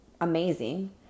amazing